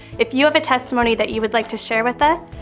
if you have a testimony that you would like to share with us,